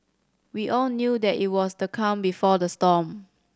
we all knew that it was the calm before the storm